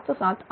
98578